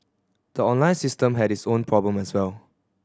the online system had its own problem as well